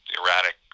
erratic